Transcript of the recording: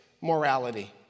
morality